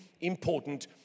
important